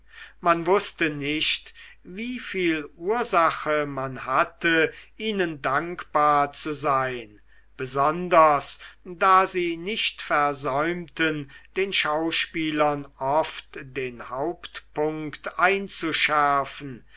man wußte nicht wieviel ursache man hatte ihnen dankbar zu sein besonders da sie nicht versäumten den schauspielern oft den hauptpunkt einzuschärfen